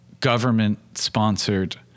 government-sponsored